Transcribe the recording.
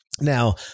Now